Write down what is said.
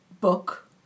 book